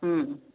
മ്